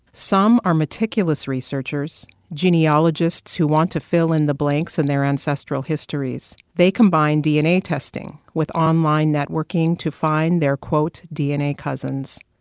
some are meticulous researchers, genealogists who want to fill in the blanks in their ancestral histories. they combine dna testing with online networking to find their, quote, dna cousins.